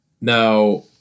Now